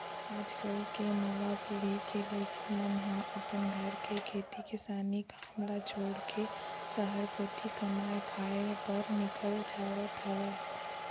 आज कल के नवा पीढ़ी के लइका मन ह अपन घर के खेती किसानी काम ल छोड़ के सहर कोती कमाए खाए बर निकल जावत हवय